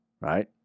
right